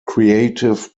creative